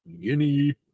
Guinea